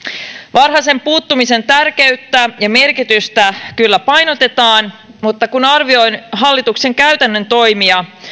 varhaisen puuttumisen tärkeyttä ja merkitystä kyllä painotetaan mutta kun arvioin hallituksen käytännön toimia